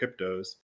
cryptos